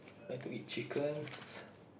like to eat chickens